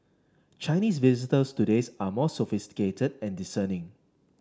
Chinese visitors today are more sophisticated and discerning